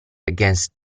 against